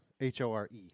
H-O-R-E